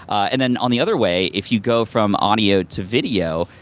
and then on the other way, if you go from audio to video,